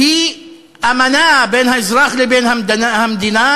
היא אמנה בין האזרח לבין המדינה,